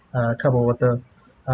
uh cup of water